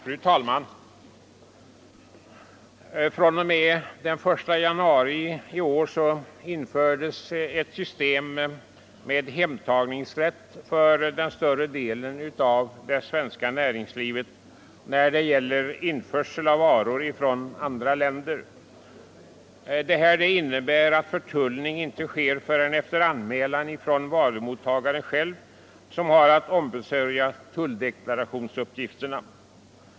Fru talman! fr.o.m. den 1 januari i år infördes ett system med hemtagningsrätt för den större delen av det svenska näringslivet när det gäller införsel av varor från andra länder. Det här innebär att förtullningen inte sker förrän efter anmälan från varumottagaren själv, som har att ombesörja tulldeklarationsuppgifterna.